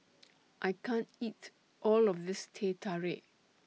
I can't eat All of This Teh Tarik